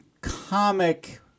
comic